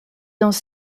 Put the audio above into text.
dans